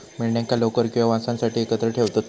मेंढ्यांका लोकर किंवा मांसासाठी एकत्र ठेवतत